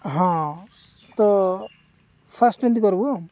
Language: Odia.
ହଁ ତ ଫାଷ୍ଟ ଏମିତି କରିବୁ